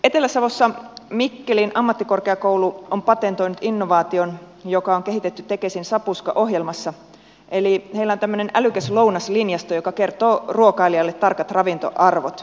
etelä savossa mikkelin ammattikorkeakoulu on patentoinut innovaation joka on kehitetty tekesin sapuska ohjelmassa eli heillä on tämmöinen älykäs lounaslinjasto joka kertoo ruokailijalle tarkat ravintoarvot